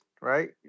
right